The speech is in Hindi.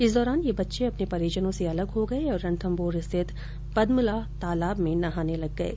इस दौरान ये बच्चे अंपने परिजनों से अलग हो गये और रणथम्भौर स्थित पद्मला तालाब में नहाने लग गये